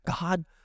God